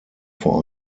vor